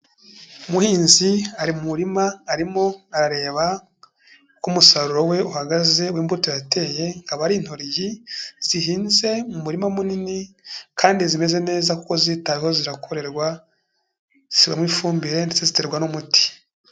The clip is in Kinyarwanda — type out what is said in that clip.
Umuhinzi ari mu murima arimo arareba uko umusaruro we uhagaze w'Imbuto yateye, akaba ari intoyi zihinze mu murima munini kandi zimeze neza kuko zitaho zirakorerwa, zishyirwamo ifumbire ziterwa n'umuti.